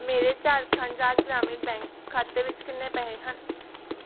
ਮੇਰੇ ਝਾਰਖੰਡ ਰਾਜ ਗ੍ਰਾਮੀਣ ਬੈਂਕ ਖਾਤੇ ਵਿੱਚ ਕਿੰਨੇ ਪੈਸੇ ਹਨ